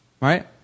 right